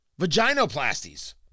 Vaginoplasties